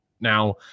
Now